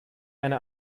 eine